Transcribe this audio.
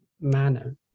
manner